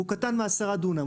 והוא קטן מ-10 דונם.